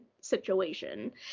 situation